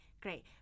great